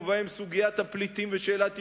ובהם סוגיית הפליטים ושאלת ירושלים,